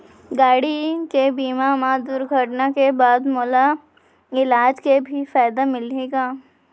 गाड़ी के बीमा मा दुर्घटना के बाद मोला इलाज के भी फायदा मिलही का?